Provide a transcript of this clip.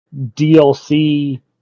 DLC